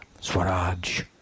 Swaraj